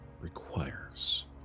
requires